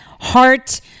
heart